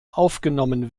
aufgenommen